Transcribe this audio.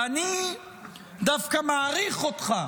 ואני דווקא מעריך אותך